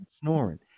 snoring